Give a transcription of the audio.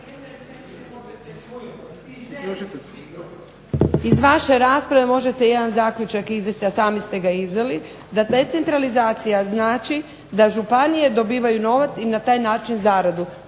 Iz vaše rasprave može se jedan zaključak izvesti, a sami ste ga iznijeli, a to je da županije dobivaju novac i na taj način zaradu,